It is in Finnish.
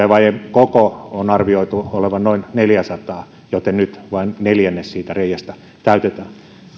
kouluttajavajeen koon on arvioitu olevan noin neljäsataa joten nyt vain neljännes siitä reiästä täytetään mutta